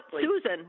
Susan